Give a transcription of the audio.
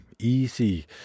Easy